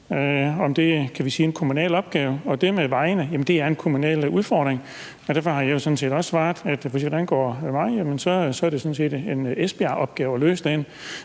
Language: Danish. om det er en kommunal opgave. Det med vejene er en kommunal udfordring. Derfor har jeg jo også svaret, at for så vidt angår veje, er det sådan set en Esbjergopgave at løse